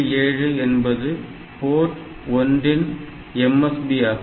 7 என்பது போர்ட் 1 இன் MSB ஆகும்